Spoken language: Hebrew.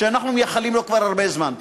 שאנחנו מייחלים לו כבר הרבה זמן.